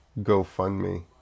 GoFundMe